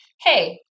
Hey